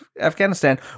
Afghanistan